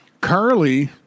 Carly